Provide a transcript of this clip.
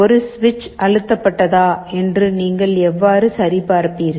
ஒரு சுவிட்ச் அழுத்தபட்டதா என்று நீங்கள் எவ்வாறு சரி பார்ப்பீர்கள்